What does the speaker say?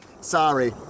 Sorry